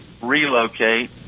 relocate